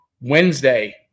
Wednesday